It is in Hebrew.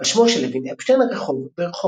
על שמו של לוין אפשטיין רחוב ברחובות.